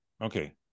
okay